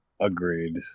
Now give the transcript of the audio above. agreed